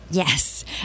Yes